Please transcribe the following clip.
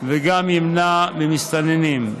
וגם ימנע מסתננים.